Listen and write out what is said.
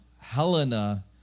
Helena